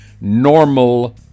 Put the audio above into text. normal